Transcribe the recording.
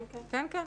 כן, כן.